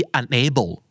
unable